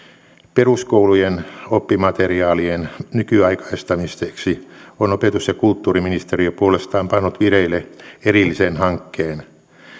peruskoulujen oppimateriaalien nykyaikaistamiseksi on opetus ja kulttuuriministeriö puolestaan pannut vireille erillisen hankkeen